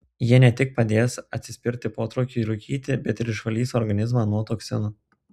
jie ne tik padės atsispirti potraukiui rūkyti bet ir išvalys organizmą nuo toksinų